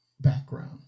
background